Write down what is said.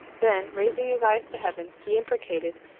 then, raising his eyes to heaven, he imprecated,